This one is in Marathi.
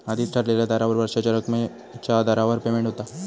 आधीच ठरलेल्या दरावर वर्षाच्या रकमेच्या दरावर पेमेंट होता